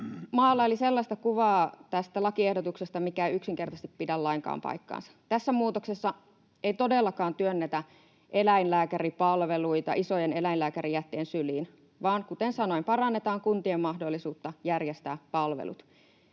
maalaili sellaista kuvaa tästä lakiehdotuksesta, mikä ei yksinkertaisesti pidä lainkaan paikkaansa: Tässä muutoksessa ei todellakaan työnnetä eläinlääkäripalveluita isojen eläinlääkärijättien syliin vaan, kuten sanoin, parannetaan kuntien mahdollisuutta järjestää palvelut.